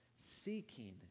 Seeking